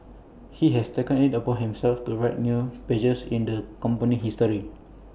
he has taken IT upon himself to write new pages in the company's history